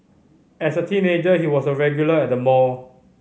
as a teenager he was a regular at the mall